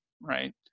right